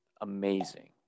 amazing